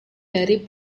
dari